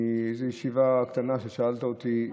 מאיזו ישיבה קטנה, ששאלת אותי,